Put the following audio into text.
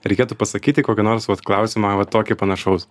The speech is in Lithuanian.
reikėtų pasakyti kokį nors vat klausimą va tokį panašaus